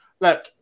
Look